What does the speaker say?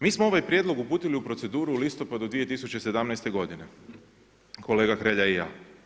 Mi smo ovaj prijedlog uputili u proceduru u listopadu 2017. godine, kolega Hrelja i ja.